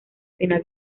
final